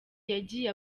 yagiye